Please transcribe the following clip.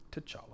T'Challa